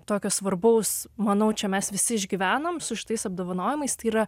tokio svarbaus manau čia mes visi išgyvenom su kitais apdovanojimais tai yra